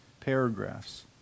paragraphs